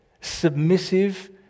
submissive